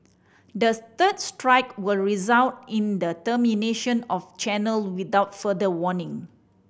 the third strike will result in the termination of channel without further warning